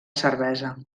cervesa